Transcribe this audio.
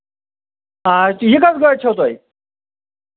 آ یہِ کۄس گٲڑۍ چھَو تۄہہِ